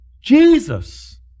jesus